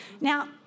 Now